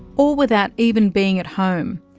all without even being at home,